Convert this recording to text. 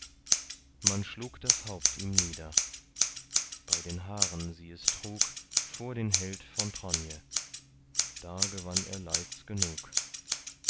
man schlug das haupt ihm nieder bei den haaren sie es trug vor den held von tronje da gewann er leids genug